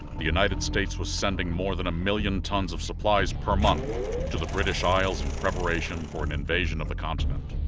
the united states was sending more than a million tons of supplies per month to the british isles in for an invasion of the continent.